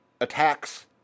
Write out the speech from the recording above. attacks